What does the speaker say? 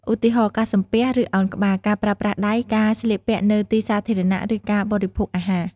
ឧទាហរណ៍ ការសំពះ ឬឱនក្បាល ការប្រើប្រាស់ដៃ ការស្លៀកពាក់នៅទីសាធារណៈ ឬការបរិភោគអាហារ។